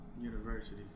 University